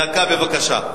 דקה, בבקשה.